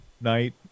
Night